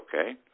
okay